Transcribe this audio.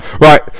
Right